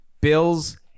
Bill's